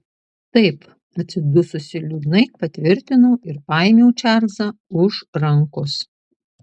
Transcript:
taip atsidususi liūdnai patvirtinau ir paėmiau čarlzą už rankos